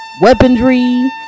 weaponry